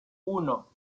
uno